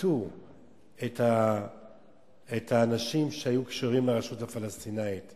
שחטו את האנשים שהיו קשורים לרשות הפלסטינית,